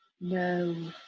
no